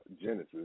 Genesis